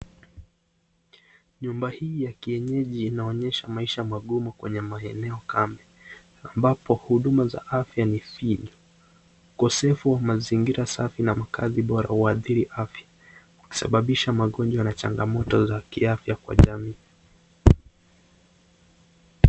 Nyumba hii ya kienyeji inaonyesha maisha magumu kwenye kwenye maeneo kame, ambapo huduma za afya ni finyu. Ukosefu wa mazingira safi na makazi borahuadhiri afya, na kusababisha magonjwa na changamoto za kiafya kwa njia mingi.